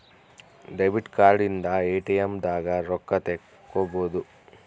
debit card ಇಂದ ATM ದಾಗ ರೊಕ್ಕ ತೆಕ್ಕೊಬೋದು